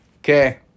okay